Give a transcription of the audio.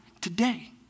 Today